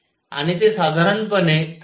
आणि ते साधारणपणे 13